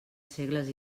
segles